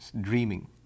dreaming